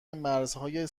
مرزهای